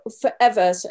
forever